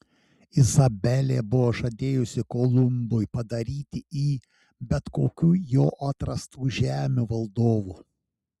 izabelė buvo žadėjusi kolumbui padaryti jį bet kokių jo atrastų žemių valdovu